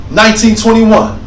1921